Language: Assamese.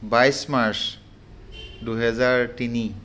বাইছ মাৰ্চ দুহেজাৰ তিনি